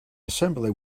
assembly